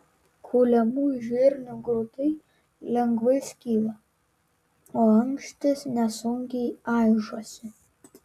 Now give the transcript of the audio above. kuliamų žirnių grūdai lengvai skyla o ankštys nesunkiai aižosi